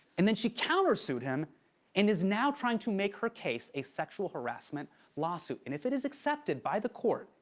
and then she counter-sued him and is now trying to make her case a sexual harassment lawsuit, and if it is accepted by the court,